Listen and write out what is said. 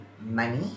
money